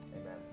Amen